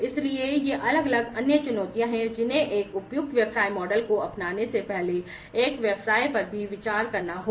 इसलिए ये अलग अलग अन्य चुनौतियाँ हैं जिन्हें एक उपयुक्त व्यवसाय मॉडल को अपनाने से पहले एक व्यवसाय पर भी विचार करना होगा